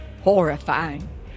horrifying